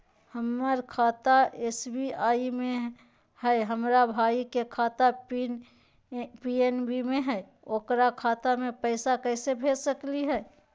हमर खाता एस.बी.आई में हई, हमर भाई के खाता पी.एन.बी में हई, ओकर खाता में पैसा कैसे भेज सकली हई?